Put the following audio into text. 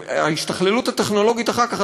וההשתכללות הטכנולוגית אחר כך,